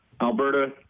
Alberta